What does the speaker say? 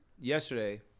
Yesterday